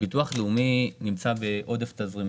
ביטוח לאומי נמצא בעודף תזרימי.